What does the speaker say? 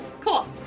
Cool